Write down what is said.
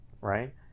Right